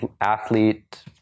athlete